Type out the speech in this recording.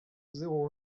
zéro